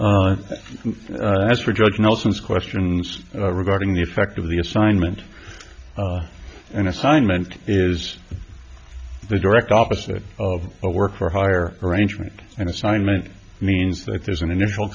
as for judge nelson's questions regarding the effect of the assignment an assignment is the direct opposite of a work for hire arrangement and assignment means that there's an initial